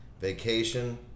Vacation